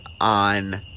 on